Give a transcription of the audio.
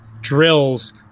drills